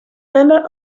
member